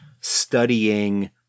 studying